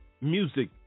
music